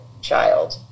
child